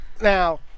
Now